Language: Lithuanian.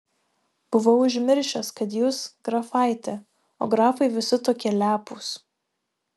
buvau užmiršęs kad jūs grafaitė o grafai visi tokie lepūs